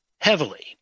heavily